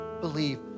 believe